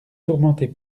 tourmentez